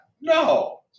No